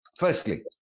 Firstly